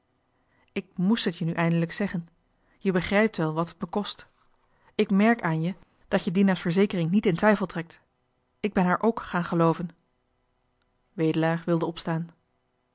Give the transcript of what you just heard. ik moest het je nu eindelijk zeggen je begrijpt wel wat het me kost ik merk aan je dat je dina's verzekering niet in twijfel trekt ik ben haar ook gaan gelooven wedelaar wilde opstaan